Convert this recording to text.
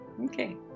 Okay